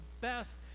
best